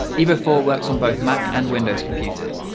evo four works on both mac and windows computers.